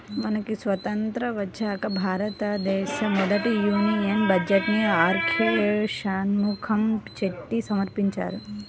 మనకి స్వతంత్రం వచ్చాక భారతదేశ మొదటి యూనియన్ బడ్జెట్ను ఆర్కె షణ్ముఖం చెట్టి సమర్పించారు